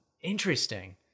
interesting